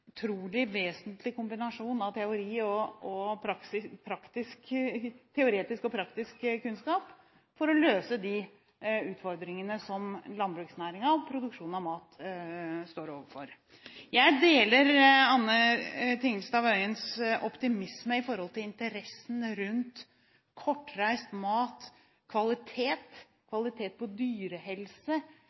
vesentlig kombinasjon av teoretisk og praktisk kunnskap for å løse de utfordringene som landbruksnæringen – og produksjonen av mat – står overfor. Jeg deler Anne Tingelstad Wøiens optimisme når det gjelder interessen rundt kortreist mat, kvalitet, og kvalitet når det gjelder dyrehelse.